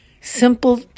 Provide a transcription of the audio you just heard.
Simple